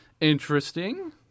interesting